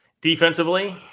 Defensively